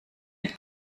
mit